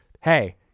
hey